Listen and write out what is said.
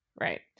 right